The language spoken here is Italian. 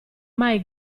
mai